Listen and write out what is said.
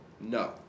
No